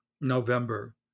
November